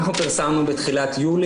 אנחנו פרסמנו בתחילת יולי,